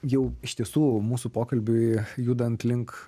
jau iš tiesų mūsų pokalbiui judant link